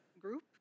group